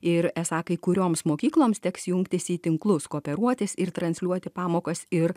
ir esą kai kurioms mokykloms teks jungtis į tinklus kooperuotis ir transliuoti pamokas ir